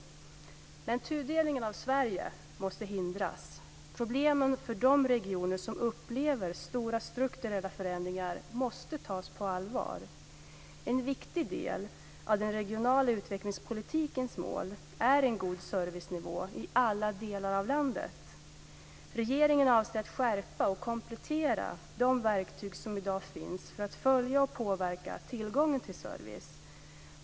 Tudelningen av Sverige måste hindras. Problemen för de regioner som upplever stora strukturella förändringar måste tas på allvar. En viktig del av den regionala utvecklingspolitikens mål är en god servicenivå i alla delar av landet. Regeringen avser att skärpa och komplettera de verktyg som i dag finns för att följa och påverka tillgången till service.